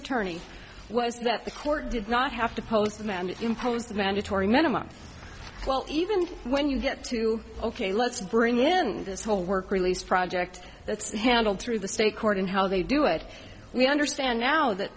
attorney was that the court did not have to post them and impose the mandatory minimum well even when you get to ok let's bring then this whole work release project that's handled through the state court and how they do it we understand now that